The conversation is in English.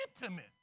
Intimate